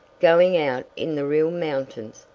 going out in the real mountains,